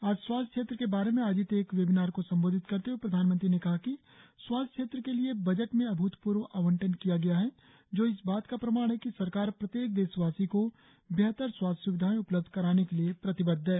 आज स्वास्थ्य क्षेत्र के बारे में आयोजित एक वेबिनार को संबोधित करते हुए प्रधानमंत्री ने कहा कि स्वास्थ्य क्षेत्र के लिए बजट में अभूतपूर्व आवंटन किया गया है जो इस बात का प्रमाण है कि सरकार प्रत्येक देशवासी को बेहर स्वास्थ्य सुविधाएं उपलब्ध कराने के लिए प्रतिबद्ध है